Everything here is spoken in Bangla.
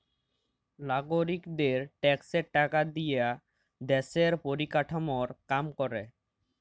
লাগরিকদের ট্যাক্সের টাকা দিয়া দ্যশের পরিকাঠামর কাম ক্যরে